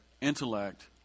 intellect